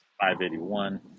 581